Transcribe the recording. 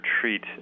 treat